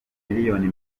miliyoni